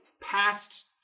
past